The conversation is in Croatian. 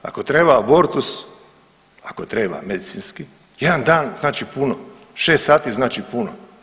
Ako treba abortus, ako treba medicinski jedan dan znači puno, šest sati znači puno.